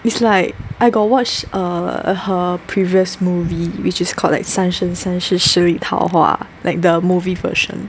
it's like I got watch err her previous movie which is called like 三生三世十里桃花 like the movie version